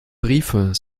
briefe